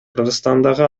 кыргызстандагы